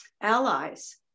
allies